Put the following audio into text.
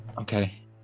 Okay